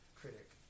critic